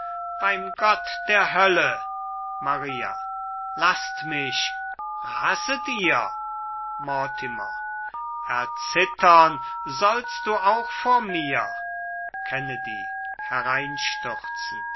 beim gott der hölle maria laßt mich raset ihr mortimer erzittern sollst du auch vor mir